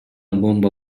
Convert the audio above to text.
бомба